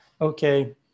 okay